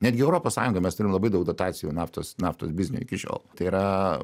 netgi europos sąjungoj mes turim labai daug dotacijų naftos naftos biznio iki šiol tai yra